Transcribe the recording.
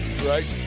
right